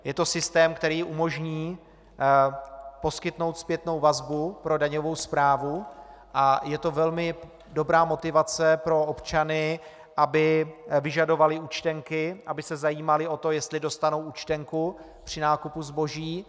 Je to systém, který umožní poskytnout zpětnou vazbu pro daňovou správu, a je to velmi dobrá motivace pro občany, aby vyžadovali účtenky, aby se zajímali o to, jestli dostanou při nákupu zboží účtenku.